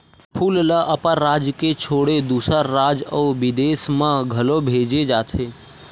फूल ल अपन राज के छोड़े दूसर राज अउ बिदेस म घलो भेजे जाथे